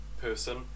person